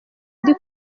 ndi